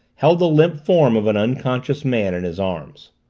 held the limp form of an unconscious man in his arms.